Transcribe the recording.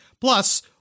Plus